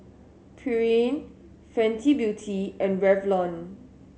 Pureen Fenty Beauty and Revlon